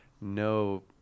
no